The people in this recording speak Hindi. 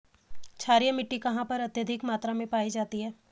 क्षारीय मिट्टी कहां पर अत्यधिक मात्रा में पाई जाती है?